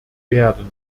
werden